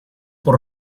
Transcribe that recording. por